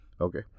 Okay